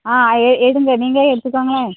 ஆ எடுங்கள் நீங்களே எடுத்துக்கங்களேன்